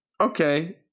Okay